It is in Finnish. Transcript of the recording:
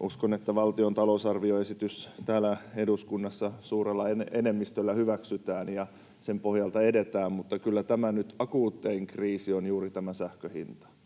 Uskon, että valtion talousarvioesitys täällä eduskunnassa suurella enemmistöllä hyväksytään ja sen pohjalta edetään, mutta kyllä tämä akuutein kriisi on nyt juuri tämä sähkön hinta.